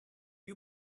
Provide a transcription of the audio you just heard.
you